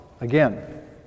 Again